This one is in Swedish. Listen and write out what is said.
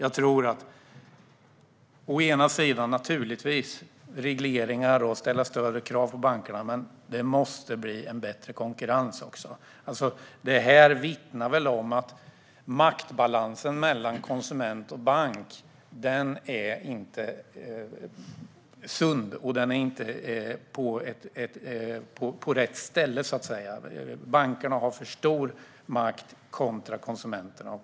Det handlar naturligtvis om regleringar och om att ställa högre krav på bankerna. Men det måste också bli en bättre konkurrens. Detta vittnar väl om att maktbalansen mellan konsument och bank inte är sund. Den är inte på rätt ställe, så att säga. Bankerna har för stor makt kontra konsumenterna.